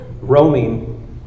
roaming